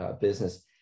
business